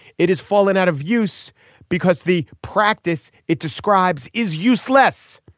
it has fallen out of use because the practice it describes is useless.